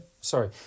Sorry